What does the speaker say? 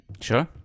Sure